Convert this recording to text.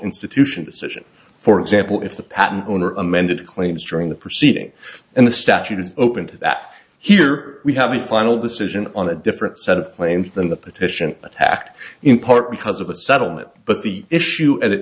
institution decision for example if the patent owner amended claims during the proceeding and the statute is open to that here we have a final decision on a different set of claims than the petition attacked in part because of a settlement but the issue a